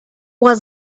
was